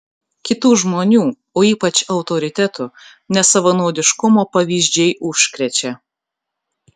kitų žmonių o ypač autoritetų nesavanaudiškumo pavyzdžiai užkrečia